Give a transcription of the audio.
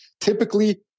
Typically